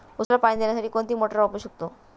उसाला पाणी देण्यासाठी कोणती मोटार वापरू शकतो?